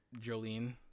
Jolene